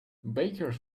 bakers